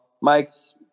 Mike's